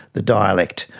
the dialect,